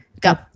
go